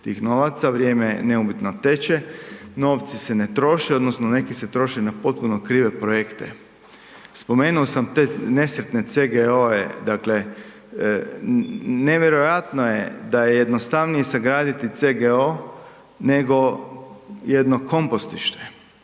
tih novaca, vrijeme neumitno teče, novci se ne troše odnosno neki se troše na potpuno krive projekte. Spomenuo sam te nesretne CGO dakle nevjerojatno je da je jednostavnije sagraditi CGO nego jedno kompostište